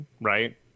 right